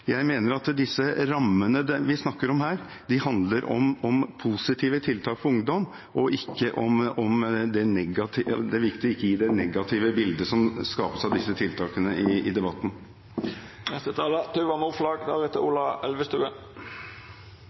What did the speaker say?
Jeg mener at de rammene vi snakker om her, handler om positive tiltak for ungdom, og det er viktig å ikke gi det negative bildet som skapes av disse tiltakene, i debatten. Denne saken har vært med oss i